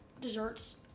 desserts